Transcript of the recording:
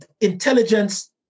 intelligence